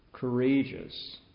Courageous